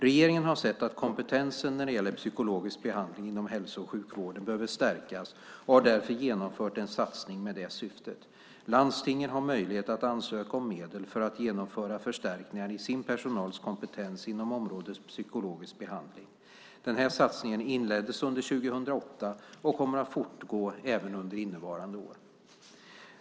Regeringen har sett att kompetensen när det gäller psykologisk behandling inom hälso och sjukvården behöver stärkas och har därför genomfört en satsning med det syftet. Landstingen har möjlighet att ansöka om medel för att genomföra förstärkningar i sin personals kompetens inom området psykologisk behandling. Den här satsningen inleddes under 2008 och kommer att fortgå även under innevarande år.